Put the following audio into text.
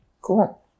Cool